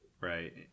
right